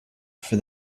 for